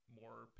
more